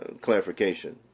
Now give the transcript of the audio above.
clarification